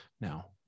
Now